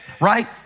Right